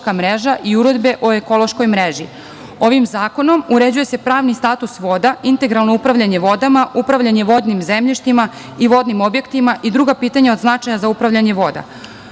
i uredbe o ekološkoj mreži. Ovim zakonom uređuje se pravni status voda, integralno upravljanje vodama, upravljanje vodnim zemljištima i vodnim objektima i druga pitanja od značaja za upravljanje vodama. Ono